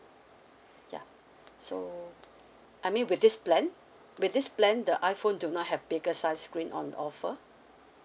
ya so I mean with this plan with this plan the iPhone do not have bigger size screen on offer